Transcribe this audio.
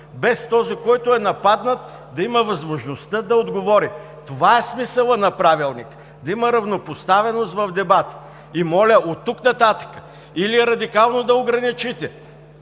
без този, който е нападнат, да има възможността да отговори. Това е смисълът на Правилника – да има равнопоставеност в дебата. И моля, оттук нататък или радикално да ограничите